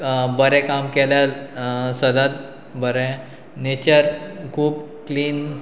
बरें काम केल्या सदांच बरें नेचर खूब क्लीन